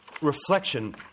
reflection